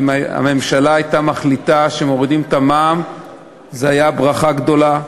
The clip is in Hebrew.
אם הממשלה הייתה מחליטה שמורידים את המע"מ זה היה ברכה גדולה,